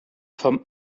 forme